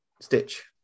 Stitch